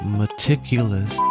meticulous